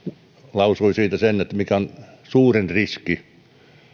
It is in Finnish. lausui mikä on suurin riski